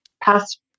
past